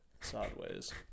sideways